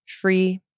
free